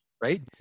right